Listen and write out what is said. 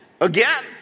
again